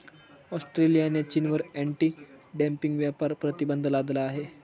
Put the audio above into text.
ऑस्ट्रेलियाने चीनवर anti dumping व्यापार प्रतिबंध लादला आहे